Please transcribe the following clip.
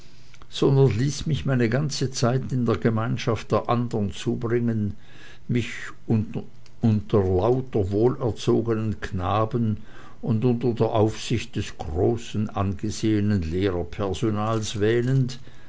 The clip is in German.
sondern ließ mich meine ganze zeit in der gemeinschaft der anderen zubringen mich nur unter lauter wohlgezogenen knaben und unter der aufsicht des großen angesehenen lehrerpersonales wähnend